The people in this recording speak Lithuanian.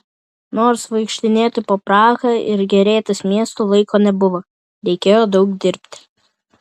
nors vaikštinėti po prahą ir gėrėtis miestu laiko nebuvo reikėjo daug dirbti